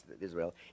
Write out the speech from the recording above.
Israel